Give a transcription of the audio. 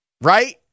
Right